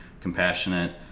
Compassionate